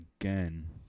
again